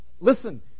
listen